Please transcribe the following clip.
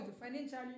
financially